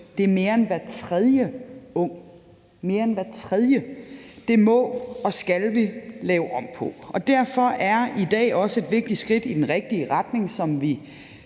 Det er mere end hver tredje ung – mere end hver tredje! Det må og skal vi lave om på. Og derfor er i dag også et vigtigt skridt i den rigtige retning, som vi